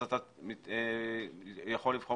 אתה יכול לבחור